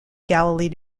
galilee